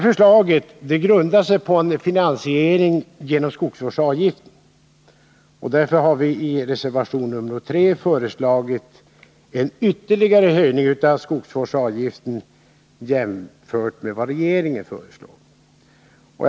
Förslaget grundar sig på en finansiering genom skogsvårdsavgiften, och därför har viireservation 3 föreslagit en ytterligare höjning av denna avgift jämfört med vad regeringen föreslår.